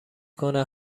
کنه